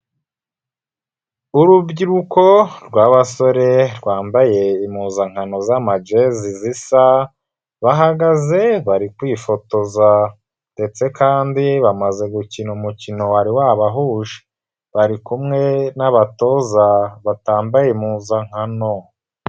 Urubyiruko rw'abasore rwambaye impuzankano z'amajezi zisa bahagaze bari kwifotoza ndetse kandi bamaze gukina umukino wari wabahuje bari kumwe n'abatoza batambaye impuzankano.